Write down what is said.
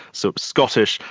so scottish,